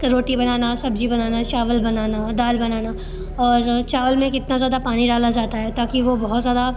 रोटी बनाना सब्ज़ी बनाना चावल बनाना दाल बनाना और चावल में कितना ज़्यादा पानी डाला जाता है ताकि वो बहुत ज़्यादा